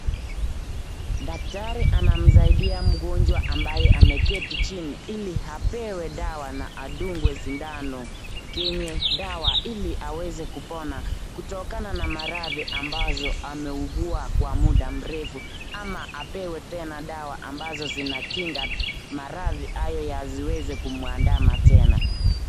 Daktari anasaidia mgonjwa ambaye ameketi chini hili apewe dawa na atungwe sindano zinye dawa hili aweze kupona, kutokana na maradi ambazo ameugua kwa muda mrefu ama apewe tena dawa ambazo itakinga maradi haya yasiweza kumwadama tena.